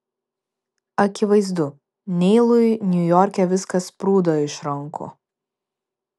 akivaizdu neilui niujorke viskas sprūdo iš rankų